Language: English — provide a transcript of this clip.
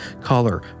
color